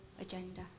agenda